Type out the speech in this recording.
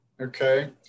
okay